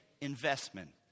investment